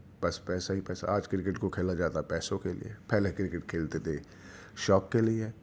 بس پیسہ ہی پیسہ آج کرکٹ کو کھیلا جاتا پیسوں کے لیے پہلے کرکٹ کھیلتے تھے شوق کے لیے